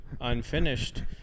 unfinished